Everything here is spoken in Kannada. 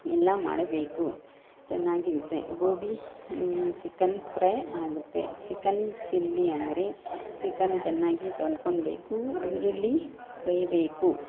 ಎಲ್ಲ ಮಾಡಬೇಕು ಚೆನ್ನಾಗಿರುತ್ತೆ ಗೋಬಿ ಚಿಕನ್ ಫ್ರೈ ಆಗುತ್ತೆ ಚಿಕನ್ ಚಿಲ್ಲಿ ಅಂದರೆ ಚಿಕನ್ ಚೆನ್ನಾಗಿ ತೊಳ್ಕೊಬೇಕು ಈರುಳ್ಳಿ ಕೊಯ್ಬೇಕು